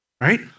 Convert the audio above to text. right